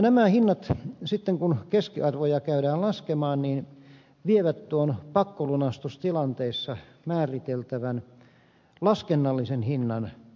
nämä hinnat sitten kun keskiarvoja käydään laskemaan vievät tuon pakkolunastustilanteissa määriteltävän laskennallisen hinnan alhaiseksi